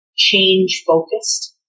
change-focused